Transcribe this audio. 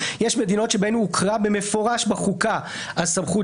יש מדינות בהן הוכרה במפורש בחוקה הסמכות